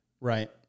Right